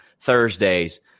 Thursdays